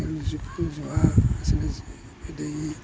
ꯏꯗꯨꯜ ꯖꯨꯍꯥ ꯑꯗꯒꯤ